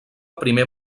primer